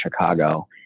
Chicago